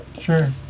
Sure